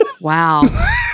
wow